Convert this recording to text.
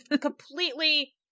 completely